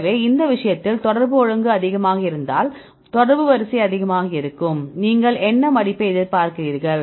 எனவே இந்த விஷயத்தில் தொடர்பு ஒழுங்கு அதிகமாக இருந்தால் தொடர்பு வரிசை அதிகமாக இருக்கும் நீங்கள் என்ன மடிப்பை எதிர்பார்க்கிறீர்கள்